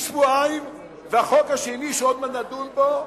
משבועיים, והחוק השני, שעוד מעט נדון בו,